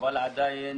אבל עדיין